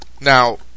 Now